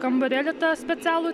kambarėlį tą specialų